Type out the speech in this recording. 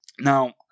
Now